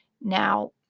now